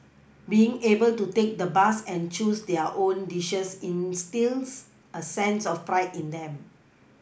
being able to take the bus and choose their own dishes instils a sense of pride in them